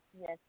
Yes